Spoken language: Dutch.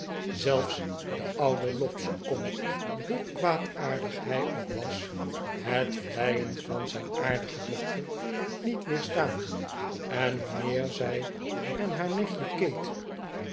zelfs de oude lobbs kon hoe kwaadaardig hij ook was het vleien van zijn aardige dochter niet weerstaan en wanneer zij en haar nicht